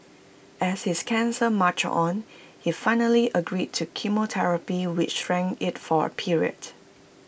as his cancer marched on he finally agreed to chemotherapy which shrank IT for A period